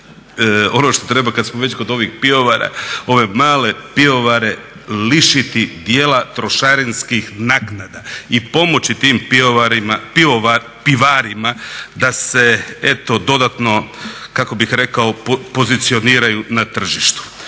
ono što treba kad smo već kod ovih pivovara ove male pivovare lišiti dijela trošarinskih naknada i pomoći tim pivarima da se eto dodatno kako bih rekao pozicioniraju na tržištu.